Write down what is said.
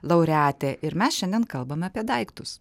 laureatė ir mes šiandien kalbame apie daiktus